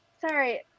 Sorry